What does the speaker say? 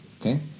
Okay